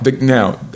now